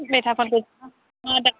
मिथा पानखौ जानो हानाय नङा दामा बाराथार